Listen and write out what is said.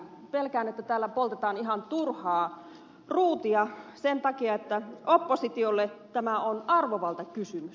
pelkään että täällä poltetaan ihan turhaa ruutia sen takia että oppositiolle tämä on arvovaltakysymys